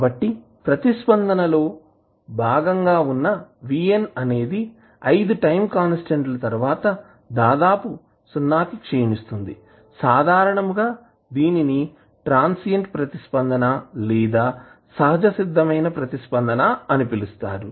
కాబట్టి ప్రతిస్పందనలో భాగంగా ఉన్నా Vn అనేది 5 టైం కాన్స్టాంట్స్ తర్వాత దాదాపు 0 కి క్షిణిస్తుంది సాధారణముగా దీనిని ట్రాన్సియెంట్ ప్రతిస్పందన లేదా సహజసిద్ధమైన ప్రతిస్పందన అని పిలుస్తారు